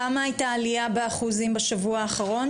כמה הייתה העלייה באחוזים בשבוע האחרון,